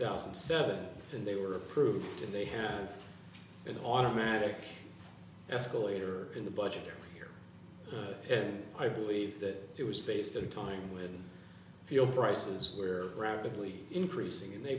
thousand and seven and they were approved and they have an automatic escalator in the budget here and i believe that it was based at a time when fuel prices we're rapidly increasing and they